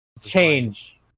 change